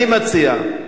אני מציע,